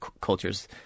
cultures